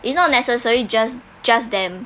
is not necessary just just them